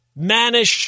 Manish